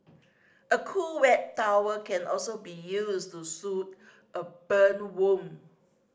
a cool wet tower can also be used to soothe a burn wound